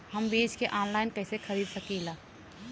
हम बीज के आनलाइन कइसे खरीद सकीला?